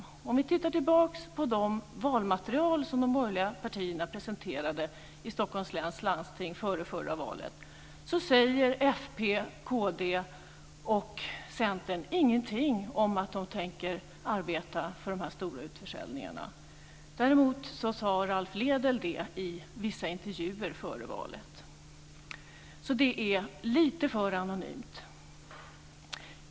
Låt oss titta tillbaka på det valmaterial som de borgerliga partierna presenterade i Stockholms läns landsting före förra valet. Där säger fp, kd och Centern ingenting om att de tänker arbeta för de stora utförsäljningarna. Däremot sade Ralph Lédel det i vissa intervjuer före valet. Det är lite för anonymt.